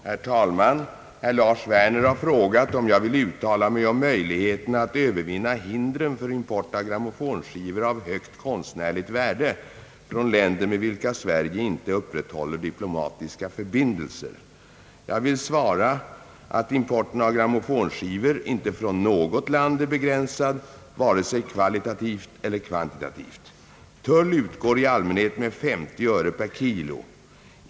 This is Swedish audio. Herr talman! Herr Lars Werner har frågat om jag vill uttala mig om möjligheterna att övervinna hindren för import av grammofonskivor av högt konstnärligt värde från länder med vilka Sverige inte upprätthåller diplomatiska förbindelser. Jag vill svara att importen av grammofonskivor inte från något land är begränsad vare sig kvalitativt eller kvantitativt. Tull utgår i allmänhet med 50 öre per kg.